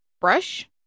brush